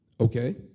Okay